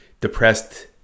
depressed